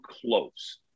close